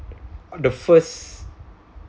the first